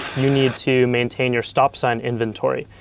you need to maintain your stop sign inventory,